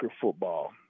football